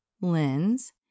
lens